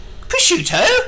prosciutto